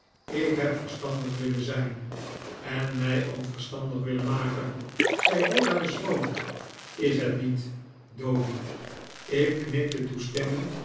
ik heb verstandig willen zijn en mij ook verstandig willen maken zei dora beschroomd is het niet doady ik knikte toestemmend